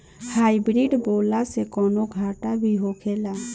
Hybrid बोला के कौनो घाटा भी होखेला?